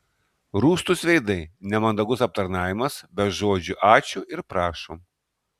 rūstūs veidai nemandagus aptarnavimas be žodžių ačiū ir prašom